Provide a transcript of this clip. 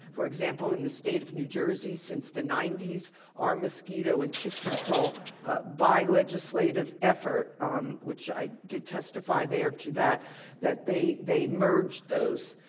for example, in the state of new jersey, since the ninety s our mosquito and tick control by legislative effort which i did testify there to that that they they merged those,